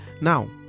now